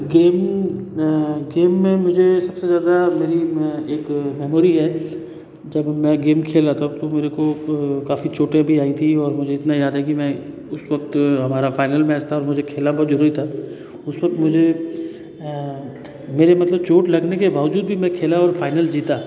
game game में मुझे सबसे ज़्यादा मेरी एक मैमोरी है जब मैं गेम खेला था तो मेरे को काफी चोटें भी आई थी और मुझे इतना याद है कि मैं उस वक्त हमारा फाइनल मैच था और मुझे खेलना बहुत ज़रूरी था उस वक्त मुझे मेरे मतलब चोट लगने के बावजूद भी मैं खेला और फाइनल जीता